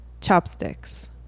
chopsticks